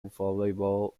volleyball